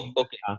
okay